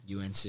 UNC